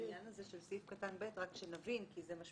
לעניין הזה של סעיף קטן (ב) כדי שנבין כי זה אחר